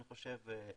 אני חושב,